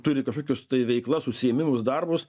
turi kažkokius tai veiklas užsiėmimus darbus